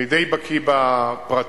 אני די בקי בפרטים.